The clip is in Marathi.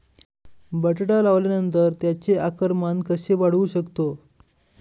बटाटा लावल्यानंतर त्याचे आकारमान कसे वाढवू शकतो?